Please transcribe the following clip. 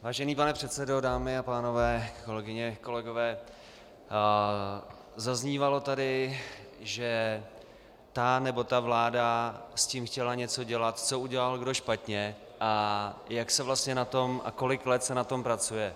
Vážený pane předsedo, dámy a pánové, kolegyně, kolegové, zaznívalo tady, že ta nebo ta vláda s tím chtěla něco dělat, co udělal kdo špatně a jak se vlastně na tom a kolik let se na tom pracuje.